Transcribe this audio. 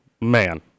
Man